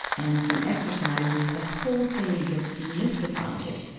and some exercises, the whole thing gets demystified,